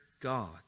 God